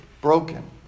broken